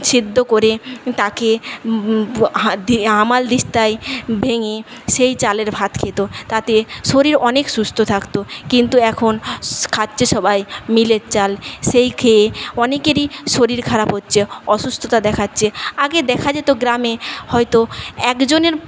সেদ্ধ করে তাকে হামানদিস্তায় ভেঙে সেই চালের ভাত খেত তাতে শরীর অনেক সুস্থ থাকত কিন্তু এখন খাচ্ছে সবাই মিলের চাল সেই খেয়ে অনেকেরই শরীর খারাপ হচ্ছে অসুস্থতা দেখাচ্ছে আগে দেখা যেত গ্রামে হয়ত একজনের